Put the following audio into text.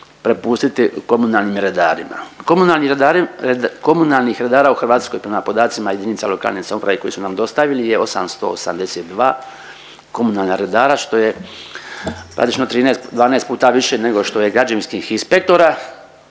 prepustiti komunalnim redarima. Komunalnih redara u Hrvatskoj prema podacima jedinica lokalne samouprave koji su nam dostavili je 882 komunalna redara što je praktično 12 puta više nego što je građevinskih inspektora,